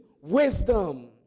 wisdom